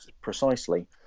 precisely